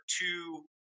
two